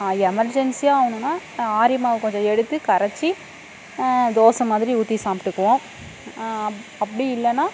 எமர்ஜென்சியாக வேணுன்னா ஆரியமாவு கொஞ்சம் எடுத்து கரச்சு தோசை மாதிரி ஊற்றி சாப்பிட்டுக்குவோம் அப் அப்படியும் இல்லைனா